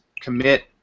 commit